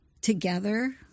together